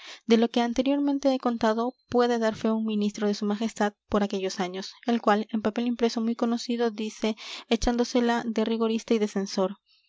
de lo que anteriormente he contado puede dar fe un ministro de su majestad por aquellos años el cual en papel impreso muy conocido dice echándosela de rigorista y